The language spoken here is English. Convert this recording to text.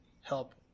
help